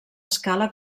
escala